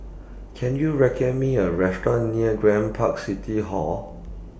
Can YOU recommend Me A Restaurant near Grand Park City Hall